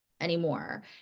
anymore